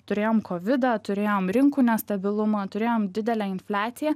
turėjom kovidą turėjome rinkų nestabilumą turėjom didelę infliaciją